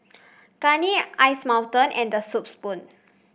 Garnier Ice Mountain and The Soup Spoon